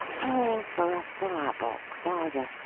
or for a firebox, either,